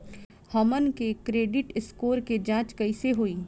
हमन के credit score के जांच कैसे होइ?